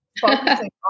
focusing